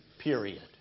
period